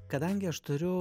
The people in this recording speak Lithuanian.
kadangi aš turiu